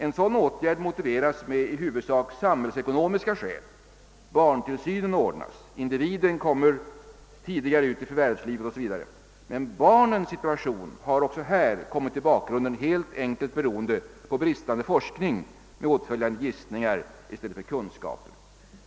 En sådan åtgärd motiveras med i huvudsak samhällsekonomiska skäl. Barntillsynen ordnas, individen kommer tidigare ut i förvärvslivet o. s. v. Men barnens situation har också här ställts i bakgrunden, helt enkelt beroende på bristande forskning med åtföljande gissningar i stället för kunskaper.